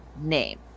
name